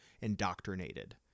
indoctrinated